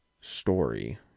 story